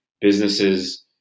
businesses